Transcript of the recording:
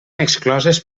excloses